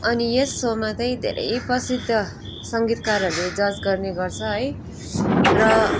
अनि यस सोमा चाहिँ धेरै प्रसिद्ध सङ्गीतकारहरूले जज गर्ने गर्छ है र